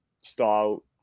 style